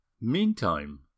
Meantime